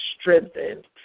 strengthened